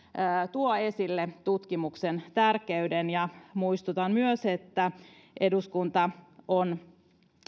tuovat esille tutkimuksen tärkeyden ja muistutan myös että eduskunta on